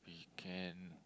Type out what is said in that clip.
you can